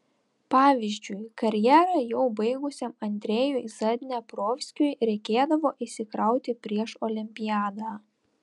pavyzdžiui karjerą jau baigusiam andrejui zadneprovskiui reikėdavo įsikrauti prieš olimpiadą